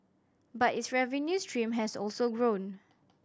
but its revenue stream has also grown